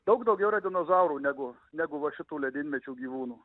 daug daugiau dinozaurų negu lengvo šitų ledynmečio gyvūnų